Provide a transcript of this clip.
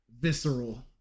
Visceral